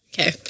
Okay